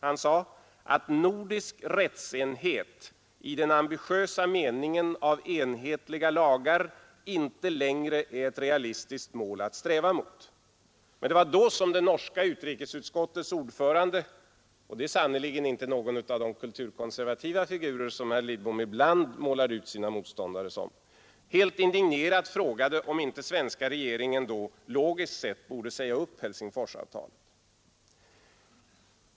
Han sade: ”att nordisk rättsenhet i den ambitiösa meningen av enhetliga lagar inte längre är ett realistiskt mål att sträva mot”. Det var då som det norska utrikesutskottets ordförande — som sannerligen inte hör till de kulturkonservativa figurer herr Lidbom ibland målat ut sina motståndare som — helt indignerat frågade om inte den svenska regeringen då logiskt sett borde säga upp Helsingsforsavtalet.